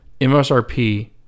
MSRP